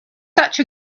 such